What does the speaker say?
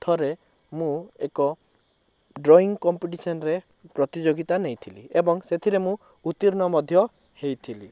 ଥରେ ମୁଁ ଏକ ଡ୍ରଇଂ କମ୍ପିଟିସନ୍ ରେ ପ୍ରତିଯୋଗିତା ନେଇଥିଲି ଏବଂ ସେଥିରେ ମୁଁ ଉତ୍ତୀର୍ଣ୍ଣ ମଧ୍ୟ ହେଇଥିଲି